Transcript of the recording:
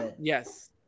Yes